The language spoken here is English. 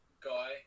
guy